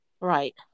Right